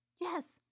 Yes